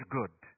good